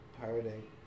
pirating